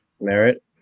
merit